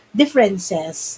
differences